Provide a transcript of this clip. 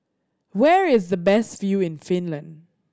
where is the best view in Finland